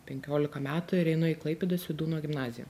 penkiolika metų ir einu į klaipėdos vydūno gimnaziją